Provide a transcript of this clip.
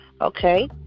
Okay